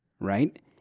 right